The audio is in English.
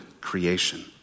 creation